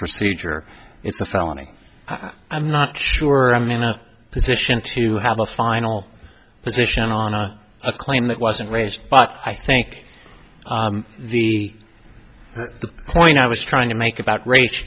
procedure it's a felony i'm not sure i'm in a position to have a final position on a claim that wasn't raised but i think the point i was trying to make about race